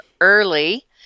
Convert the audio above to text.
early